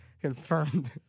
Confirmed